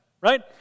right